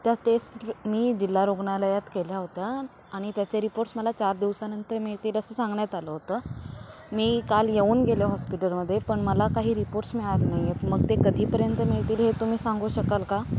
त्या टेस्ट मी जिल्हा रुग्णालयात केल्या होत्या आणि त्याचे रिपोर्ट्स मला चार दिवसानंतर मिळतील असं सांगण्यात आलं होतं मी काल येऊन गेलं हॉस्पिटलमध्ये पण मला काही रिपोर्ट्स मिळाले नाही आहेत मग ते कधीपर्यंत मिळतील हे तुम्ही सांगू शकाल का